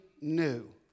new